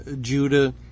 Judah